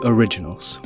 Originals